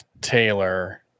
Taylor